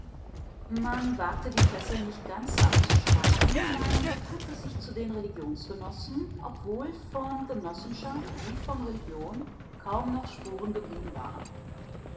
man wagte die fessel nicht ganz abzustreifen man bekannte sich zu den religionsgenossen obwohl von genossenschaft wie von religion kaum noch spuren geblieben waren